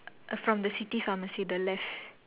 from the city pharmacy the left